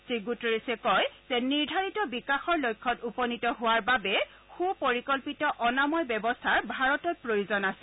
শ্ৰীণুটেৰেছে কয় যে নিৰ্ধাৰিত বিকাশৰ লক্ষ্যত উপনীত হোৱাৰ বাবে সুপৰিকল্পিত অনাময় ব্যৱস্থাৰ ভাৰতত প্ৰয়োজন আছে